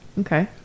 Okay